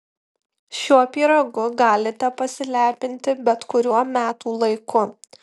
šiuo pyragu galite pasilepinti bet kuriuo metų laiku